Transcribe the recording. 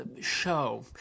show